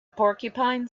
porcupine